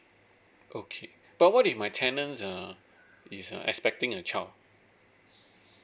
okay but what if my tenants uh is uh expecting a child